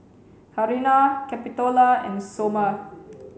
Karina Capitola and Somer